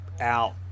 out